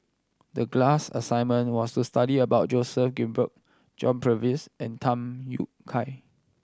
the class assignment was to study about Joseph Grimberg John Purvis and Tham Yui Kai